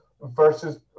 versus